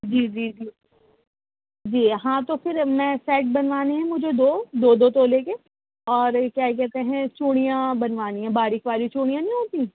جی جی جی جی ہاں تو پھر میں سیٹ بنوانے ہیں مجھے دو دو دو تولے کے اور کیا کہتے ہیں چوڑیاں بنوانی ہیں باریک والی چوڑیاں نہیں ہوتیں